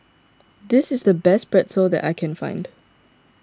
this is the best Pretzel that I can find